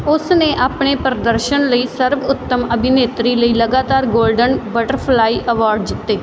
ਉਸ ਨੇ ਆਪਣੇ ਪ੍ਰਦਰਸ਼ਨ ਲਈ ਸਰਬੋਤਮ ਅਭਿਨੇਤਰੀ ਲਈ ਲਗਾਤਾਰ ਗੋਲਡਨ ਬਟਰਫਲਾਈ ਅਵਾਰਡ ਜਿੱਤੇ